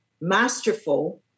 masterful